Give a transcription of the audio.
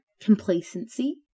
complacency